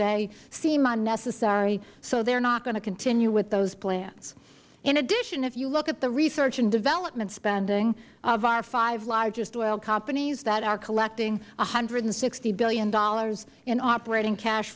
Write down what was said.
day seem unnecessary so they are not going to continue with those plans in addition if you look at the research and development spending of our five largest oil companies that are collecting one hundred and sixty dollars billion in operating cash